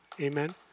Amen